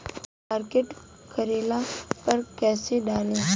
Pocket करेला पर कैसे डाली?